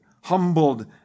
Humbled